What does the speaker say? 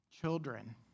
children